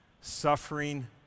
Suffering